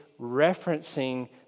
referencing